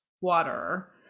water